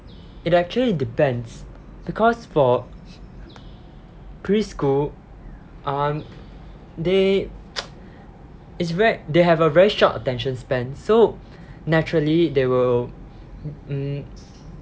it actually depends because for preschool um they it's very they have a very short attention span so naturally they will mm